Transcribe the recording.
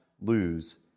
lose